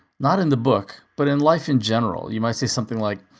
not in the book, but in life in general. you might say something like,